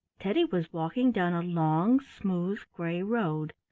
teddy was walking down a long, smooth, gray road.